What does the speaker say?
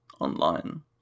online